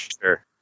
sure